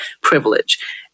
privilege